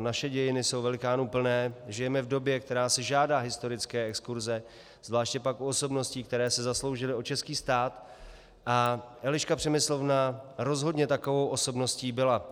naše dějiny jsou velikánů plné, žijeme v době, která si žádá historické exkurze, zvláště pak u osobností, které se zasloužily o český stát, a Eliška Přemyslovna rozhodně takovou osobností byla.